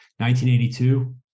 1982